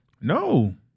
No